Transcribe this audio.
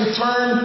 turn